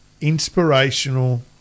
inspirational